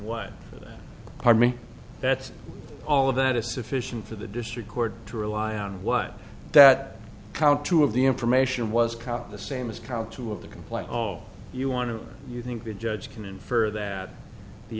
what army that's all of that is sufficient for the district court to rely on what that count two of the information was caught the same as count two of the complaint all you want to you think the judge can infer that the